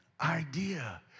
idea